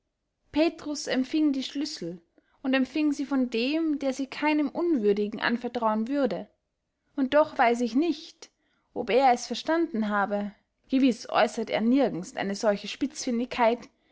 petrus empfieng die schlüssel und empfieng sie von dem der sie keinem unwürdigen anvertrauen würde und doch weiß ich nicht ob er es verstanden habe gewiß äussert er nirgends eine solche